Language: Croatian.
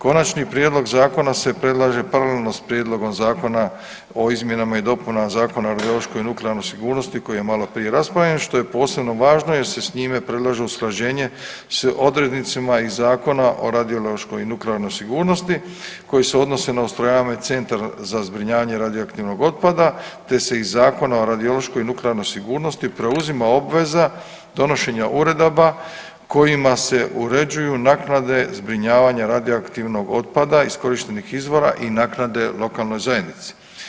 Konačni prijedlog zakona se predlaže paralelno s Prijedlogom Zakona o izmjenama i dopunama Zakona o radiološkoj i nuklearnoj sigurnosti koji je maloprije raspravljen što je posebno važno jer se s njime predlaže usklađenje s odrednicima iz Zakona o radiološkoj i nuklearnoj sigurnosti koji se odnose na ustrojavanje centra za zbrinjavanje radioaktivnog otpada te se iz Zakona o radiološkoj i nuklearnoj sigurnosti preuzima obveza donošenja uredaba kojima se uređuju naknade zbrinjavanja radioaktivnog otpada iskorištenih izvora i naknade lokalnoj zajednici.